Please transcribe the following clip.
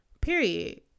Period